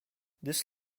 this